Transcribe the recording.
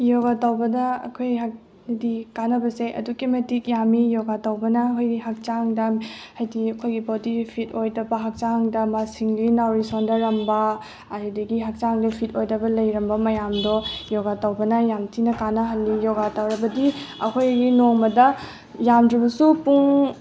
ꯌꯣꯒ ꯇꯧꯕꯗ ꯑꯩꯈꯣꯏ ꯍꯥꯏꯗꯤ ꯀꯥꯟꯅꯕꯁꯦ ꯑꯗꯨꯛꯀꯤ ꯃꯇꯤꯛ ꯌꯥꯝꯃꯤ ꯌꯣꯒꯥ ꯇꯧꯕꯅ ꯑꯩꯈꯣꯏꯒꯤ ꯍꯛꯆꯥꯡꯗ ꯍꯥꯏꯗꯤ ꯑꯣꯈꯣꯏꯒꯤ ꯕꯣꯗꯤ ꯐꯤꯠ ꯑꯣꯏꯗꯕ ꯍꯛꯆꯥꯡꯗ ꯁꯤꯡꯂꯤ ꯅꯥꯎꯔꯤ ꯁꯣꯟꯊꯔꯝꯕ ꯑꯗꯨꯗꯒꯤ ꯍꯛꯆꯥꯡꯗ ꯐꯤꯠ ꯑꯣꯏꯗꯕ ꯂꯩꯔꯝꯕ ꯃꯌꯥꯝꯗꯣ ꯌꯣꯒꯥ ꯇꯧꯕꯅ ꯌꯥꯝ ꯊꯤꯅ ꯀꯥꯟꯅꯍꯜꯂꯤ ꯌꯣꯒꯥ ꯇꯧꯔꯕꯗꯤ ꯑꯩꯈꯣꯏꯒꯤ ꯅꯣꯡꯃꯗ ꯌꯥꯝꯗ꯭ꯔꯕꯁꯨ ꯄꯨꯡ